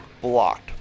blocked